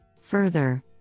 Further